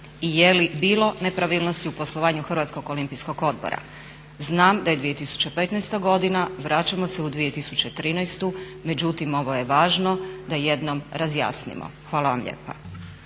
I je li bilo nepravilnosti u poslovanju Hrvatskog olimpijskog odbora. Znam daj e 2015. godina, vraćamo se u 2013, međutim ovo je važno da jednom razjasnimo. Hvala vam lijepa.